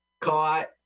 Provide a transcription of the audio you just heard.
Caught